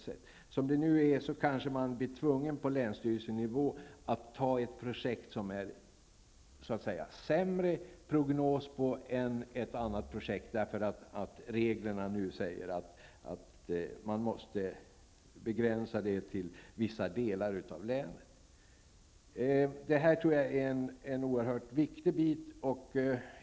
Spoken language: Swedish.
Som det nu är kanske man på länsstyrelsenivå blir tvungen att anta ett projekt som det är sämre prognos för än ett annat projekt, därför att reglerna säger att man måste begränsa det till vissa delar av länet. Detta tror jag är oerhört viktigt.